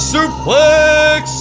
Suplex